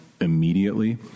immediately